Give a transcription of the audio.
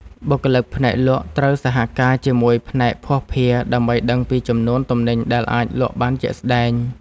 បុគ្គលិកផ្នែកលក់ត្រូវសហការជាមួយផ្នែកភស្តុភារ ដើម្បីដឹងពីចំនួនទំនិញដែលអាចលក់បានជាក់ស្តែង។